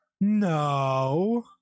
No